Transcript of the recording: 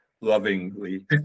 lovingly